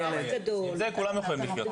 עם זה כולם יכולים לחיות.